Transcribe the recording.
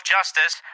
Justice